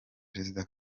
perezida